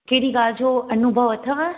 कहिड़ी ॻाल्हि जो अनुभव अथव